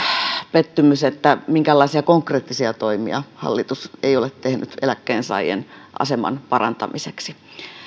pettymys että minkäänlaisia konkreettisia toimia hallitus ei ole tehnyt eläkkeensaajien aseman parantamiseksi